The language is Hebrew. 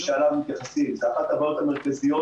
כשמדובר במשבר ריאלי ההתאוששות לא תהיה בחודש-חודשיים,